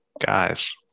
guys